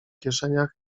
kieszeniach